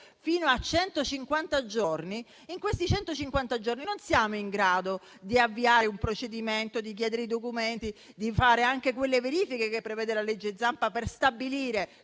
giorni, in questo lasso di tempo non è in grado di avviare un procedimento, di chiedere i documenti, di fare anche quelle verifiche che prevede la legge Zampa per stabilire